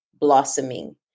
blossoming